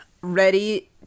ready